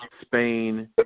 Spain